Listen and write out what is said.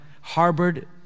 harbored